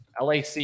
LAC